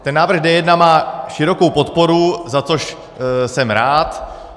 Ten návrh D1 má širokou podporu, za což jsem rád.